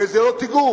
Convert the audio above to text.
בזה לא תיגעו,